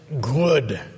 good